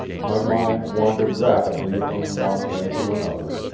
my mind wandered rapidly from one thing to another,